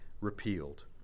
repealed